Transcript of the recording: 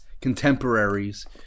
contemporaries